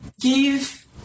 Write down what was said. give